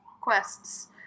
quests